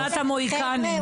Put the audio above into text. אחרונת המוהיקנים.